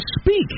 speak